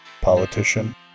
politician